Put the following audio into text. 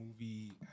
movie